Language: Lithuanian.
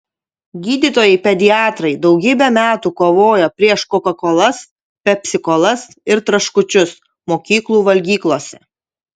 gydytojai pediatrai daugybę metų kovojo prieš kokakolas pepsikolas ir traškučius mokyklų valgyklose